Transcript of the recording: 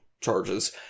charges